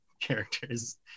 characters